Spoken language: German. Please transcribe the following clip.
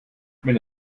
wenn